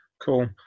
cool